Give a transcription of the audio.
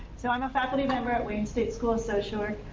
so i'm a faculty member at wayne state school of social work.